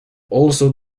also